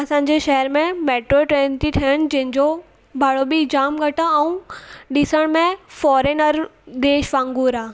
असांजे शहर में मेट्रो ट्रेन थी ठहनि जिनिजो भाड़ो बि जामु घटि आहे ॾिसण में फॉरेनर देश वांगुरु आहे